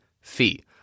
fee